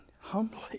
humbly